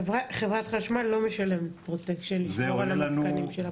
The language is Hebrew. חברת חשמל לא משלמת פרוטקשן לשמור על המתקנים שלה.